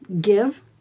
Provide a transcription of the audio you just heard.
give